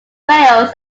wales